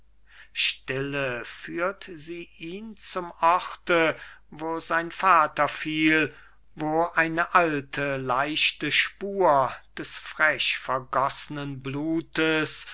stille führt sie ihn zum orte wo sein vater fiel wo eine alte leichte spur des frech vergoss'nen blutes